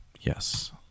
Yes